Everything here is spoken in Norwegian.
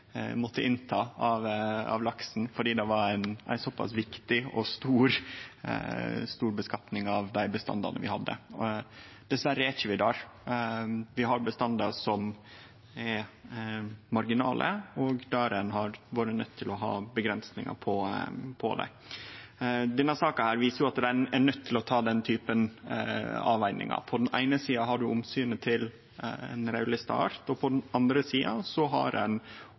bestandane vi hadde. Dessverre er ikkje vi der. Vi har bestandar som er marginale, og der ein har vore nøydd til å ha grenser. Denne saka viser at ein er nøydd til å ta den typen avvegingar. På den eine sida har ein omsynet til ein raudlista art, og på den andre sida har ein